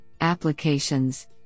applications